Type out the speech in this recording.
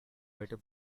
better